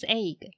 egg